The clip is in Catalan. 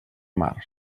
mar